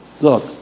Look